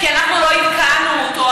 כי אנחנו לא עדכנו אותו,